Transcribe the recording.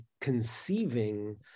conceiving